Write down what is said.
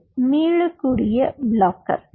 இது மீளக்கூடிய பிளாக்கர்